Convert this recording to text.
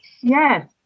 Yes